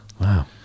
wow